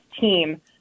team